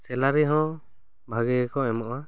ᱥᱮᱞᱟᱨᱤ ᱦᱚᱸ ᱵᱷᱟᱜᱮ ᱜᱮ ᱠᱚ ᱮᱢᱚᱜ ᱟ